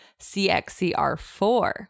CXCR4